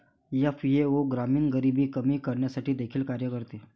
FAO ग्रामीण गरिबी कमी करण्यासाठी देखील कार्य करते